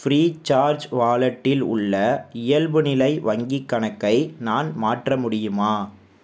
Freecharge வாலெட்டில் உள்ள இயல்புநிலை வங்கி கணக்கை நான் மாற்ற முடியுமா